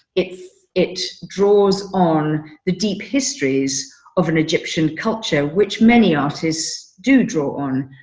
it's it draws on the deep histories of an egyptian culture, which many artists do draw on.